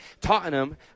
Tottenham